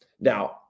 Now